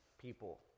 people